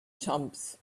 chumps